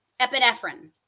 epinephrine